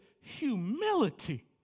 humility